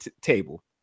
table